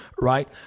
right